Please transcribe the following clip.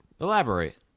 Elaborate